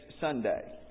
Sunday